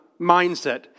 mindset